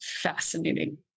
fascinating